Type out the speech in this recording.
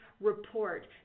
report